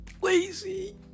lazy